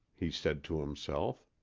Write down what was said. he said to himself.